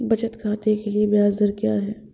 बचत खाते के लिए ब्याज दर क्या है?